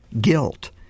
guilt